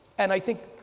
and i think,